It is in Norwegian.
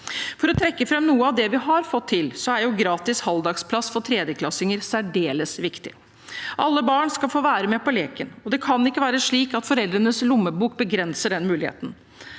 For å trekke fram noe av det vi har fått til, er gratis halvdagsplass for alle tredjeklassinger særdeles viktig. Alle barn skal få være med på leken, og det kan ikke være slik at foreldrenes lommebok begrenser den muligheten.